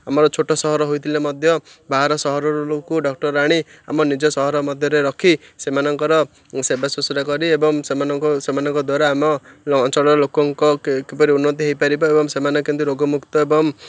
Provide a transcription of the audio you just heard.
ଆମର ଛୋଟ ସହର ହୋଇଥିଲେ ମଧ୍ୟ ବାହାର ସହରର ଲୋକ ଡକ୍ଟର ଆଣି ଆମ ନିଜ ସହର ମଧ୍ୟରେ ରଖି ସେମାନଙ୍କର ସେବାଶୁଶ୍ରୁଷା କରି ଏବଂ ସେମାନଙ୍କ ସେମାନଙ୍କ ଦ୍ୱାରା ଆମ ଅଞ୍ଚଳର ଲୋକଙ୍କ କିପରି ଉନ୍ନତି ହେଇପାରିବ ଏବଂ ସେମାନେ କେମିତି ରୋଗମୁକ୍ତ ଏବଂ